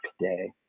today